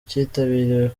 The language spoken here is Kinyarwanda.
cyitabiriwe